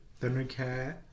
Thundercat